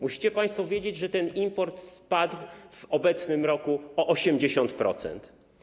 Musicie państwo wiedzieć, że import spadł w obecnym roku o 80%.